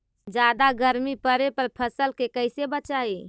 जादा गर्मी पड़े पर फसल के कैसे बचाई?